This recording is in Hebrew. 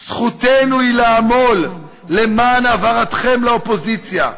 "זכותנו היא לעמול למען העברתכם לאופוזיציה.